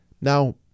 Now